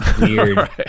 weird